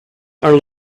are